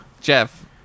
Jeff